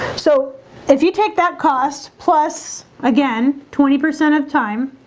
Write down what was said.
so if you take that cost plus again twenty percent of time